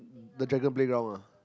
the dragon playground ah